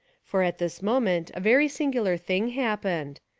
for at this moment a very singular thing happened.